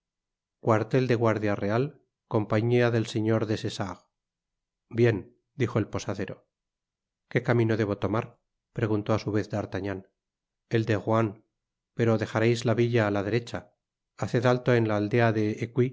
cuartel de guardia real compañía del señor des essarts bien dijo el posadero que camino debo tomar preguntó á su vez d'artagnan el de ruan pero dejareis la villa á la derecha haced alto en la aldea de